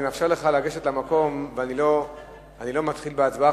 אני מאפשר לך להגיע למקום ולא אתחיל בהצבעה.